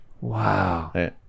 wow